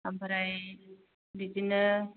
ओमफ्राय बिदिनो